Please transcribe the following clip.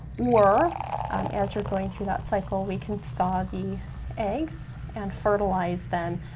or as you're going through that cycle, we can thaw the eggs and fertilize them,